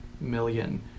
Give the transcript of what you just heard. million